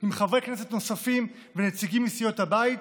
עם חברי כנסת נוספים ונציגים מסיעות הבית,